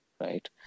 right